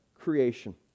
creation